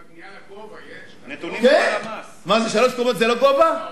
בבנייה לגובה, כן, מה זה, שלוש קומות זה לא גובה?